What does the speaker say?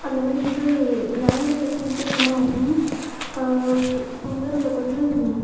அந்த மாதிரி வந்து லேங்குவேஜஸும் வித்தியாசமாகும் இப்போ வந்து நம்மளுக்கு வந்து